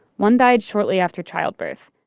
one died shortly after childbirth.